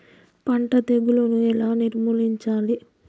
పంట తెగులుని ఎలా నిర్మూలించాలి?